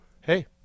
hey